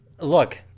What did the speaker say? Look